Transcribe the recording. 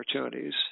opportunities